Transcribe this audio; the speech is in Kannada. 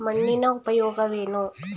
ಮಣ್ಣಿನ ಉಪಯೋಗವೇನು?